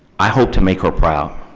i hope to make her proud.